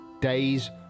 days